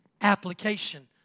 application